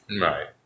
right